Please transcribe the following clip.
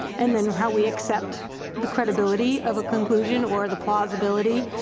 and then how we accept the credibility of a conclusion or the plausibility